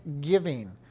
giving